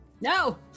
no